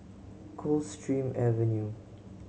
Coldstream Avenue